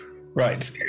Right